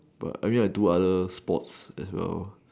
but I mean I do other sports as well